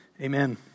Amen